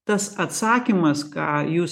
tas atsakymas ką jūs